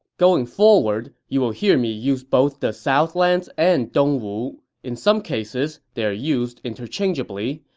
going forward, you will hear me use both the southlands and dong wu. in some cases, they are used interchangeably,